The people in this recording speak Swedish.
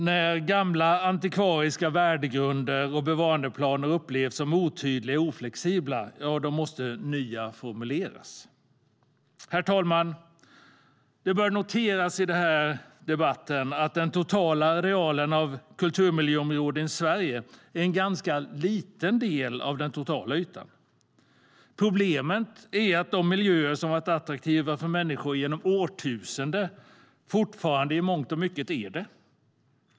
När gamla antikvariska värdegrunder eller bevarandeplaner upplevs som otydliga och icke-flexibla måste nya formuleras. Herr talman! Det bör i debatten noteras att den totala arealen av kulturmiljöområden i Sverige är en ganska liten del av den totala ytan. Problemet är att miljöer som varit attraktiva för människor genom årtusenden fortfarande i mångt och mycket är det.